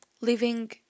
living